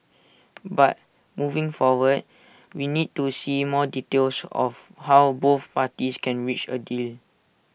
but moving forward we need to see more details of how both parties can reach A deal